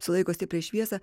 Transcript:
sulaiko stiprią šviesą